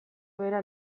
bera